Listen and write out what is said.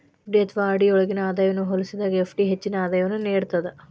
FD ಅಥವಾ RD ಯೊಳ್ಗಿನ ಆದಾಯವನ್ನ ಹೋಲಿಸಿದಾಗ ಎಫ್.ಡಿ ಹೆಚ್ಚಿನ ಆದಾಯವನ್ನು ನೇಡ್ತದ